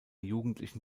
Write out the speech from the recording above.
jugendlichen